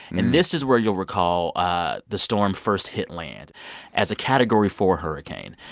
and this is where, you'll recall, ah the storm first hit land as a category four hurricane.